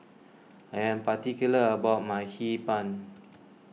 I am particular about my Hee Pan